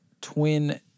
Twin